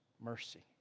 mercy